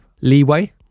leeway